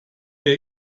der